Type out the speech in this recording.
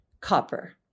copper